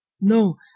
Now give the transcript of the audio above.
No